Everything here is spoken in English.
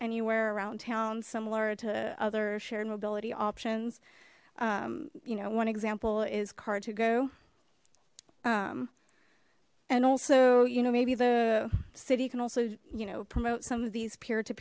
anywhere around town similar to other shared mobility options you know one example is car to go and also you know maybe the city can also you know promote some of these peer to